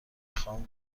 خوام